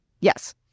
Yes